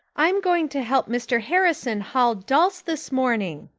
i'm going to help mr. harrison haul dulse this morning,